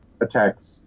attacks